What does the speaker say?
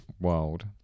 World